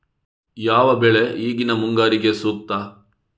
ಯಾವ ಬೆಳೆ ಈಗಿನ ಮುಂಗಾರಿಗೆ ಸೂಕ್ತ?